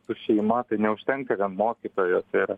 su šeima tai neužtenka vien mokytojo tai yra